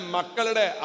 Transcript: Makalade